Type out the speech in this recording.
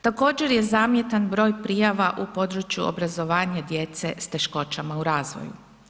Također je zamjetan broj prijava u području obrazovanja djece s teškoćama u razvoju.